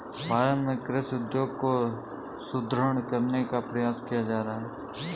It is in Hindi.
भारत में कृषि उद्योग को सुदृढ़ करने का प्रयास किया जा रहा है